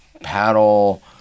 paddle